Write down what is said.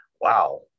Wow